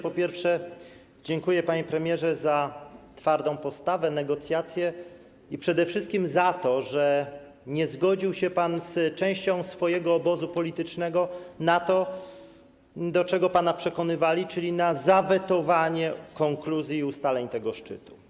Po pierwsze, dziękuję, panie premierze, za twardą postawę, negocjacje i przede wszystkim za to, że nie zgodził się pan z częścią swojego obozu politycznego, na to, do czego pana przekonywali, czyli na zawetowanie konkluzji ustaleń tego szczytu.